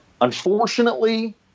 unfortunately